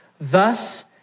Thus